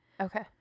Okay